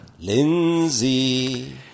Lindsay